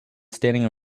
standing